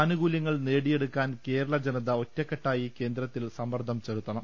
ആനുകൂല്യങ്ങൾ നേടിയെടുക്കാൻ കേരളജനത ഒറ്റക്കെട്ടായി കേന്ദ്രത്തിൽ സമ്മർദം ചെലുത്തണം